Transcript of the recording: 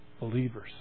Believers